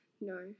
No